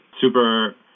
super